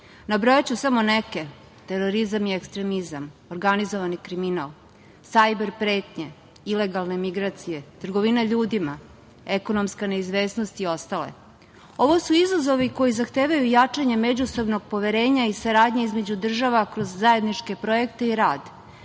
Nabrojaću samo neke – terorizam i ekstremizam, organizovani kriminal, sajber pretnje, ilegalne migracije, trgovina ljudima, ekonomska neizvesnost i ostale. Ovo su izazovi koji zahtevaju jačanje međusobnog poverenja i saradnje između država kroz zajedničke projekte i rad